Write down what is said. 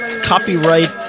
copyright